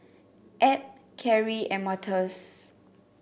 Ab Keri and Martez